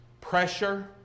pressure